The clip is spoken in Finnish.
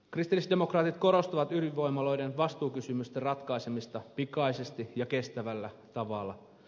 kristillisdemokraatit korostavat ydinvoimaloiden vastuukysymysten ratkaisemista pikaisesti ja kestävällä tavalla